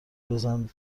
بزن